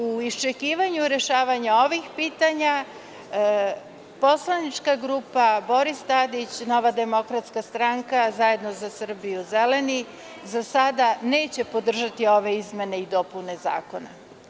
U iščekivanju rešavanja ovih pitanja, poslanička grupa Boris Tadić – Nova demokratska stranka, Zajedno za Srbiju, Zeleni za sada neće podržati ove izmene i dopune zakona.